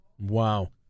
Wow